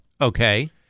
Okay